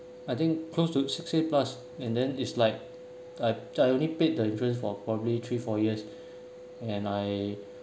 I think close to six K plus and then it's like I I only paid the insurance for probably three four years and I